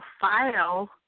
file